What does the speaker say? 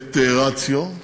את "רציו",